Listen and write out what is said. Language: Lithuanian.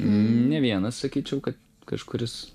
ne vienas sakyčiau kad kažkuris